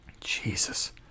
Jesus